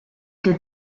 did